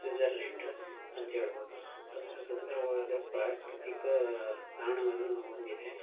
Switzerland ಅಂತ ಹೇಳ್ಬೋದು ಅಂಥ ಸುಂದರವಾದ ಪ್ರಾಕೃತಿಕ ತಾಣವನ್ನು ಹೊಂದಿದೆ